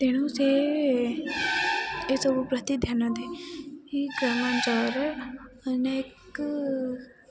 ତେଣୁ ସେ ଏସବୁ ପ୍ରତି ଧ୍ୟାନ ଦିଏ ଏହି ଗ୍ରାମାଞ୍ଚଳରେ ଅନେକ